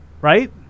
Right